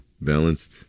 balanced